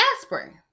aspirin